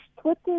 Twitter